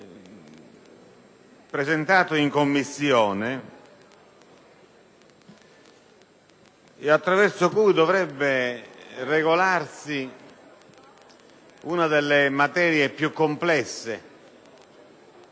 presentato in Commissione, attraverso il quale dovrebbe regolarsi una delle materie piu complesse